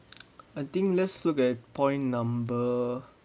I think let's look at point number